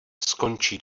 skončí